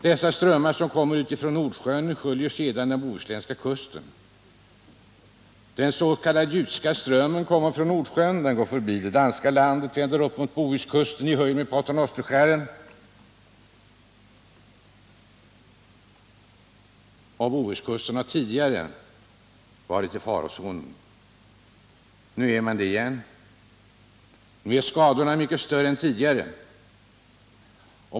Dessa strömmar, som kommer från Nordsjön, sköljer sedan den bohuslänska kusten. Den s.k. Jutska strömmen kommer från Nordsjön. Den går förbi det danska landet och vänder upp mot Bohuskusten i höjd med Pater Nosterskären. Bohuskusten har tidigare varit i farozonen. Nu är vi där igen, och skadorna är mycket större än tidigare.